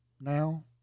now